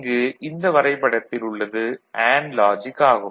இங்கு இந்த வரைபடத்தில் உள்ளது அண்டு லாஜிக் ஆகும்